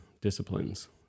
disciplines